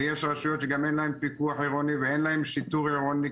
ויש רשויות שגם אין להן פיקוח עירוני ואין להן שיטור עירוני,